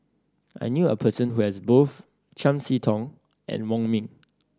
I knew a person who has both Chiam See Tong and Wong Ming